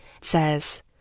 says